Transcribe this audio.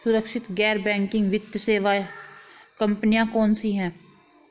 सुरक्षित गैर बैंकिंग वित्त सेवा कंपनियां कौनसी हैं?